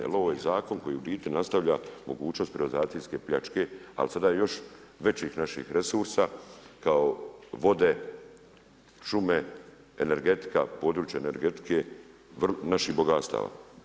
Jer ovo je zakon koji u biti nastavlja mogućnost privatizacijske pljačke ali sada još većih naših resursa kao vode, šume, energetika, područje energetike, naših bogatstava.